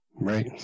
Right